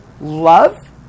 Love